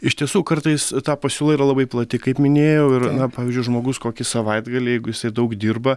iš tiesų kartais ta pasiūla yra labai plati kaip minėjau na pavyzdžiui žmogus kokį savaitgalį jeigu jisai daug dirba